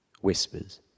whispers